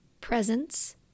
presence